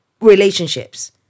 relationships